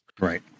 Right